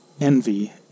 envy